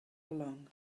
along